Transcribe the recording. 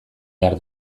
behar